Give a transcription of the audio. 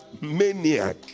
maniac